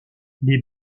les